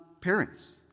parents